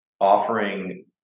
offering